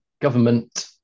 government